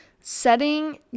setting